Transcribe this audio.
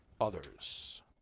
others